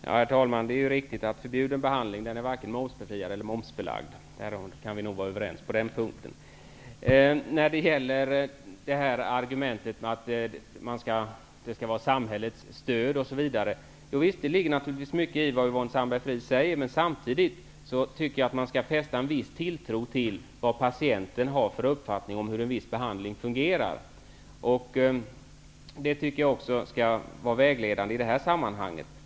Herr talman! Det är riktigt att förbjuden behandling varken är momsbefriad eller momsbelagd. På den punkten kan vi vara överens. Det ligger naturligtvis mycket i Yvonne Sandberg Samtidigt tycker jag att man skall fästa en viss tilltro till vad patienten har för uppfattning om hur en viss behandling fungerar. Detta skall vara vägledande i det här sammanhanget.